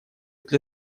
для